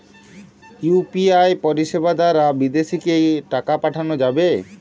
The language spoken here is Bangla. ইউ.পি.আই পরিষেবা দারা বিদেশে কি টাকা পাঠানো যাবে?